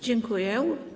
Dziękuję.